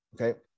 Okay